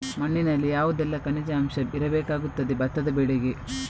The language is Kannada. ಮಣ್ಣಿನಲ್ಲಿ ಯಾವುದೆಲ್ಲ ಖನಿಜ ಅಂಶ ಇರಬೇಕಾಗುತ್ತದೆ ಭತ್ತದ ಬೆಳೆಗೆ?